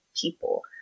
people